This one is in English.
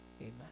Amen